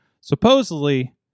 supposedly